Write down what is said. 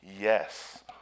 yes